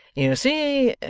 you see,